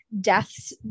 deaths